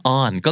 on